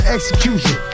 Execution